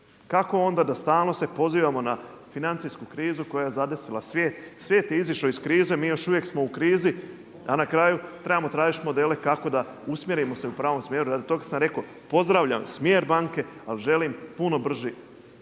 kako onda da stalno se pozivamo na financijsku krizu koja je zadesila svijet? Svijet je izišao iz krize, mi još uvijek smo u krizi a na kraju trebamo tražiti modele kako da usmjerimo se u pravom smjeru. Radi toga sam rekao pozdravljam smjer banke, ali želim puno brži